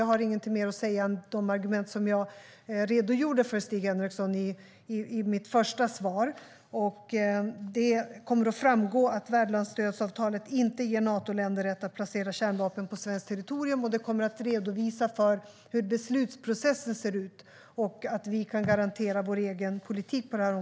Jag har ingenting mer att säga än de argument som jag redogjorde för i mitt första inlägg, Stig Henriksson. Det kommer att framgå att värdlandsstödavtalet inte ger Natoländer rätt att placera kärnvapen på svenskt territorium. Det kommer att redovisas hur beslutsprocessen ser ut och att vi kan garantera vår egen politik på området.